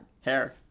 Hair